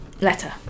letter